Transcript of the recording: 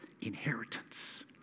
inheritance